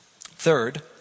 Third